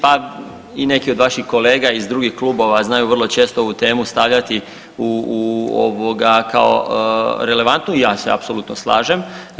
Pa neki od vaših kolega iz drugih klubova znaju vrlo često ovu temu stavljati kao relevantnu i ja se apsolutno slažem.